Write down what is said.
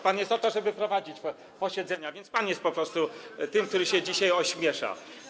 Pan jest po to, żeby prowadzić posiedzenie, więc pan jest po prostu tym, który się dzisiaj ośmiesza.